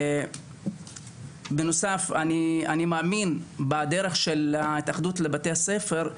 אני מאמין בדרך של התאחדות בתי הספר,